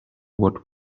what